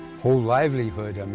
whole livelihood. um